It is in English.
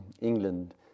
England